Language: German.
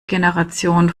generation